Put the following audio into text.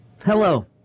Hello